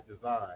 design